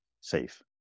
safe